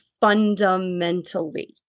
fundamentally